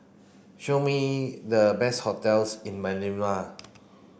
show me the best hotels in Manila